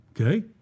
Okay